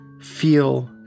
feel